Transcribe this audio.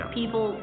people